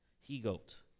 he-goat